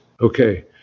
okay